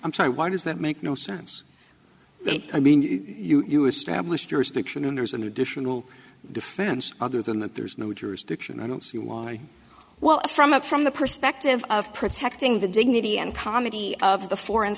i'm sorry why does that make no sense i mean you establish jurisdiction and there's an additional defense other than that there's no jurisdiction i don't well from up from the perspective of protecting the dignity and comedy of the foreign